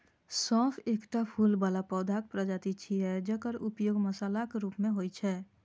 सौंफ एकटा फूल बला पौधाक प्रजाति छियै, जकर उपयोग मसालाक रूप मे होइ छै